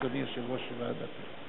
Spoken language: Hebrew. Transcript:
אדוני יושב-ראש הוועדה.